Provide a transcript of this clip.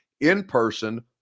in-person